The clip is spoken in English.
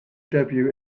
debut